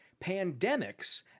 pandemics